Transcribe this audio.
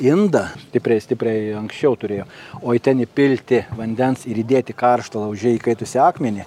indą stipriai stipriai anksčiau turėjo o į ten įpilti vandens ir įdėti karštą lauže įkaitusį akmenį